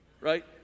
right